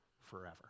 forever